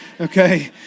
okay